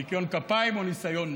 ניקיון כפיים או ניסיון,